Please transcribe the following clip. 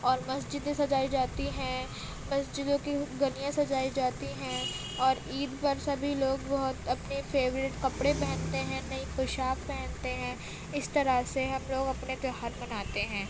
اور مسجدیں سجائی جاتی ہیں مسجدوں کی گلیاں سجائی جاتی ہیں اور عید پر سبھی لوگ بہت اپنی فیوریٹ کپڑے پہنتے ہیں نئی پوشاک پہنتے ہیں اس طرح سے ہم لوگ اپنے تیوہار مناتے ہیں